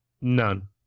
None